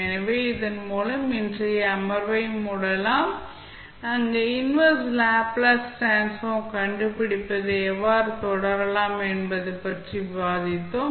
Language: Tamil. எனவே இதன் மூலம் இன்றைய அமர்வை மூடலாம் அங்கு இன்வெர்ஸ் லேப்ளேஸ் டிரான்ஸ்ஃபார்ம் கண்டுபிடிப்பதை எவ்வாறு தொடரலாம் என்பது பற்றி விவாதித்தோம்